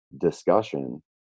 discussion